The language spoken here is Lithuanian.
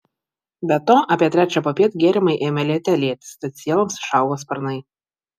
be to apie trečią popiet gėrimai ėmė liete lietis tad sieloms išaugo sparnai